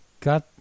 got